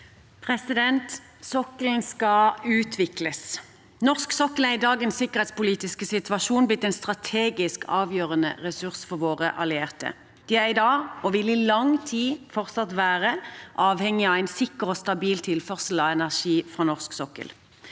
Sokkelen skal utvikles. Norsk sokkel er i dagens sikkerhetspolitiske situasjon blitt en strategisk avgjørende ressurs for våre allierte. De er i dag, og vil i lang tid fortsatt være, avhengige av en sikker og stabil tilførsel av energi fra norsk sokkel.